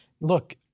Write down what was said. Look